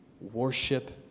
Worship